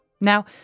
Now